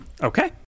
okay